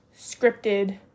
scripted